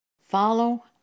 Follow